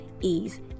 ease